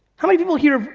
how many people here,